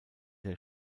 der